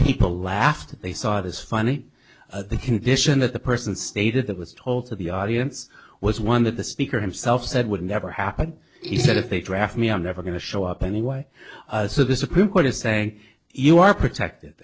people laughed they saw this funny condition that the person stated that was told to the audience was one that the speaker himself said would never happen he said if they draft me i'm never going to show up anyway so the supreme court is saying you are protected